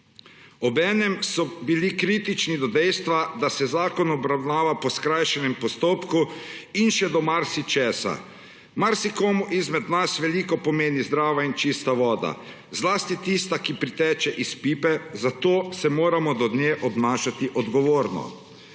Obenem so bili kritični do dejstva, da se zakon obravnava po skrajšanem postopku, in še do marsičesa. Marsikomu izmed nas veliko pomeni zdrava in čista voda, zlasti tista, ki priteče iz pipe, zato se moramo do nje obnašati odgovorno.